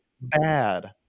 bad